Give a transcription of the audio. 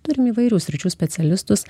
turim įvairių sričių specialistus